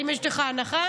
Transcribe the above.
האם יש לך הנחה,